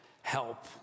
help